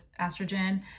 estrogen